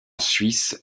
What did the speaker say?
suisse